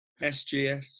SGS